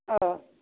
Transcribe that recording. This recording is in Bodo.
औ